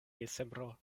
decembro